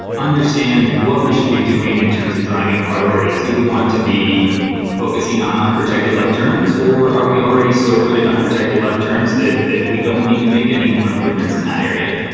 understand what we should be doing in terms of driving priorities. do we want to be focusing on unprotected left terms, or are we already so good at unprotected left turns that that we don't need to make any more improvements in that area?